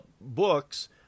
books